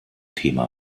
thema